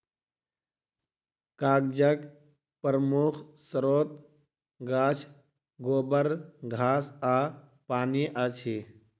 कागजक प्रमुख स्रोत गाछ, गोबर, घास आ पानि अछि